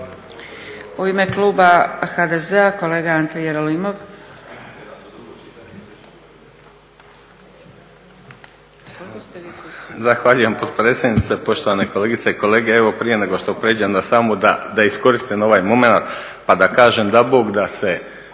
U ime kluba HDZ-a kolega ante Jerolimov.